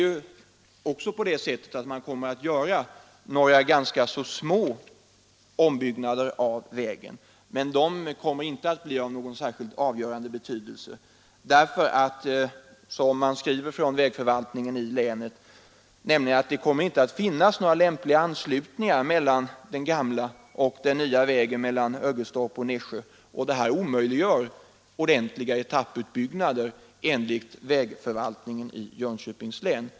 Nu kommer man visserligen att göra några ganska små ombyggnader av vägen, men de kommer inte att bli av någon avgörande betydelse, därför att — som länets vägförvaltning skriver — det kommer inte att finnas några lämpliga anslutningar mellan den gamla och den nya vägen mellan Ödestorp och Nässjö, och det omöjliggör ordentliga etapputbyggnader enligt vägförvaltningen i Jönköpings län.